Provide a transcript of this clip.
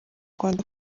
rwanda